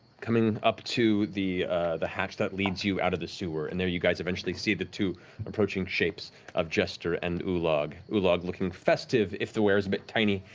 coming up to the the hatch that leads you out of the sewer. and there you guys see the two approaching shapes of jester and ulog. ulog looking festive, if the wear is a bit tiny,